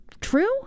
true